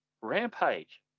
Rampage